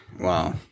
Wow